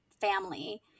family